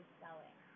selling